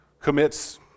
commits